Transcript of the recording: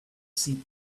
see